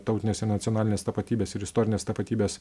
tautinės ir nacionalinės tapatybės ir istorinės tapatybės